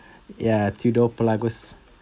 ya tudor pelagos